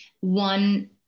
One